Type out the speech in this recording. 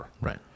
Right